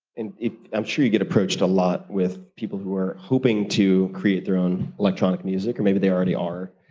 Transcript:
and if i'm sure you get approached a lot with people who are hoping to create their own electronic music or maybe they already are.